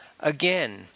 Again